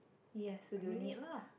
yes so do you need lah